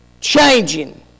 changing